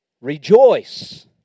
rejoice